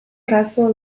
castle